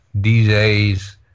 DJs